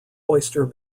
oyster